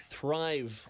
thrive